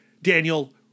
Daniel